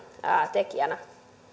tekijänä